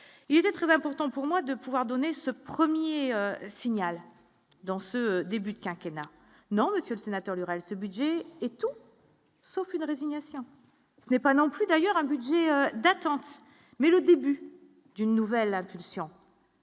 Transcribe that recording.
il était très important pour moi de pouvoir donner ce 1er signal dans ce début de quinquennat non monsieur le sénateur Lurel ce budget et tout. Sauf une résignation, ce n'est pas non plus d'ailleurs, un budget d'Atlantis, mais le début d'une nouvelle impulsion.